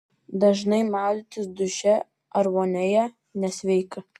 dažnai maudytis duše ar vonioje nesveika